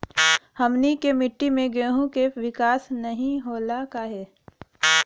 हमनी के मिट्टी में गेहूँ के विकास नहीं होला काहे?